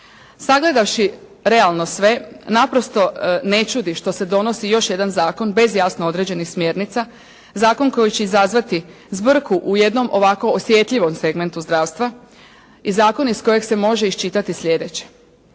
Sagledavši realno sve, naprosto ne čudi što se donosi još jedan zakon bez jasno određenih smjernica, zakon koji će izazvati zbrku u jednom ovako osjetljivom segmentu zdravstva i zakon iz kojeg se može iščitati sljedeće: